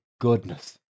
goodness